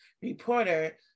reporter